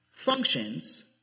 functions